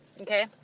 Okay